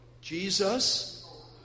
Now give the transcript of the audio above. Jesus